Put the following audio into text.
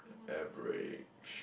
average